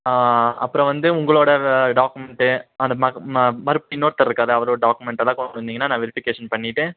அப்புறம் வந்து உங்களோட டாக்குமெண்ட்டு அந்த மறுப்பு இன்னொருத்தர் இருக்காரே அவரோட டாக்குமெண்டெல்லாம் கொண்டு வந்திங்கன்னா நான் வெரிஃபிகேஷன் பண்ணிவிட்டு